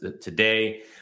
today